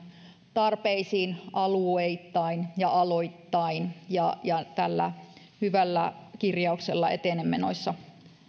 tarpeisiin alueittain ja aloittain tällä hyvällä kirjauksella etenemme noissa